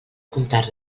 comptar